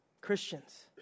Christians